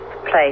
place